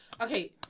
Okay